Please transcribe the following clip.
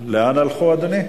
לאן הלכו, אדוני?